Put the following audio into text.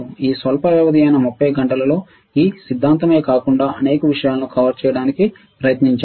ఈ స్వల్ప వ్యవధి అయిన 30 గంటలలో ఈ సిద్ధాంతమే కాకుండా అనేక విషయాలను కవర్ చేయడానికి ప్రయత్నించాను